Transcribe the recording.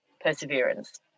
perseverance